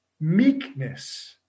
meekness